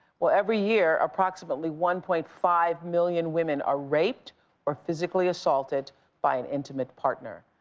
well, every year, approximately one point five million women are raped or physically assaulted by an intimate partner.